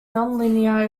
nonlinear